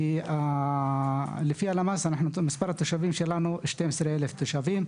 מדיי לפי הלמ"ס מספר התושבים במועצה הוא 12,000 תושבים,